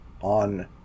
on